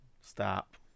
Stop